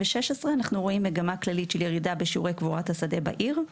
אנחנו רואים מגמה כללית של ירידה בשיעורי קבורת השדה בעיר,